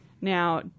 now